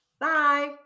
Bye